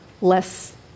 less